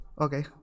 Okay